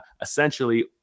essentially